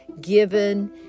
given